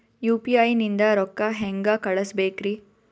UPI ನಿಂದ ರೊಕ್ಕ ಹೆಂಗ ಕಳಸಬೇಕ್ರಿ?